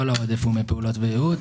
כל העודף הוא מפעולות וייעוץ.